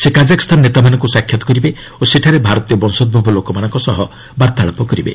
ସେ କାଜାଖସ୍ତାନ ନେତାମାନଙ୍କୁ ସାକ୍ଷାତ କରିବେ ଓ ସେଠାରେ ଭାରତୀୟ ବଂଶୋଭବ ଲୋକମାନଙ୍କ ସହ ବାର୍ତ୍ତାଳାପ କରିବେ